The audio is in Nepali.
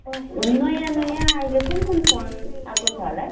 नयाँ नयाँ अहिले कुन कुन फोन आएको छ होला है